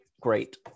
great